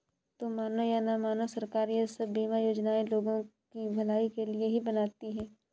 तुम मानो या न मानो, सरकार ये सब बीमा योजनाएं लोगों की भलाई के लिए ही बनाती है